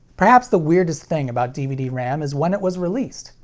perhaps the weirdest thing about dvd-ram is when it was released.